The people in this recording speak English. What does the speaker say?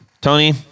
tony